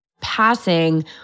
passing